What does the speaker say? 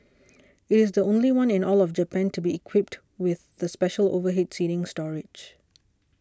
it is the only one in all of Japan to be equipped with the special overhead seating storage